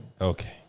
Okay